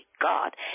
God